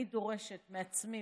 אני דורשת מעצמי